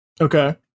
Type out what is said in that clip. Okay